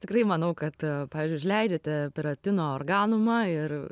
tikrai manau kad pavyzdžiui užleidžiate perotino organumą ir